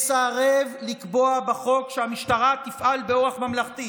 מסרב לקבוע בחוק שהמשטרה תפעל באורח ממלכתי.